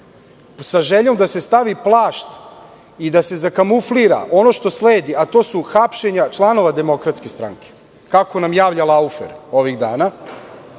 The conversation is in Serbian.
sa željom da se stavi plašt i da se zakamuflira ono što sledi, a to su hapšenje članova DS, kako nam javlja Laufer ovihdana,